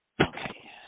Okay